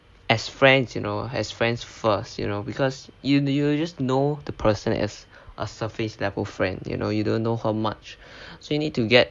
as friends you know as friends first you know because you just know the person as a surface level friend you know you don't know how much so you need to get